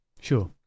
Sure